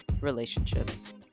relationships